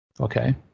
okay